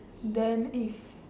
then if